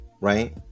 right